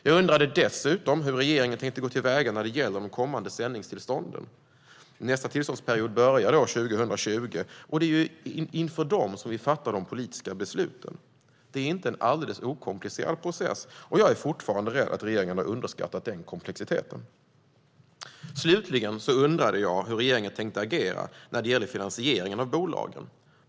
Jag undrade dessutom hur regeringen tänkte gå till väga när det gäller de kommande sändningstillstånden. Nästa tillståndsperiod börjar år 2020, och det är inför dessa vi fattar de politiska besluten. Det är en inte alldeles okomplicerad process, och jag var och är fortfarande rädd att regeringen har underskattat denna komplexitet. Slutligen undrade jag hur regeringen tänkte agera när det gäller finansieringen av bolagen.